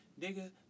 nigga